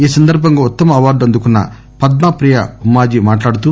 ఈ సందర్బంగా ఉత్తమ అవార్డు అందుకున్న పద్మ ప్రియ ఉమ్మాజి మాట్లాడుతూ